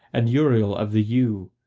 and uriel of the yew.